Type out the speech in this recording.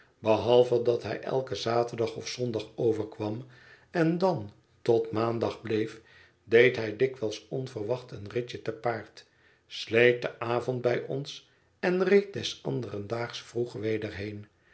behalve dat hij eiken zaterdag of zondag overkwam en dan tot maandag bleef deed hij dikwijls onverwacht een ritje te paard sleet den avond bij ons en reed des anderen daags vroeg weder heen